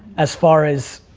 as far as